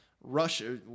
Russia